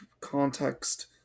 context